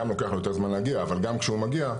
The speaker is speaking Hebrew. גם לוקח לו יותר זמן להגיע אבל כשהוא מגיע,